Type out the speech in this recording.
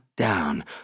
down